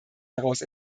daraus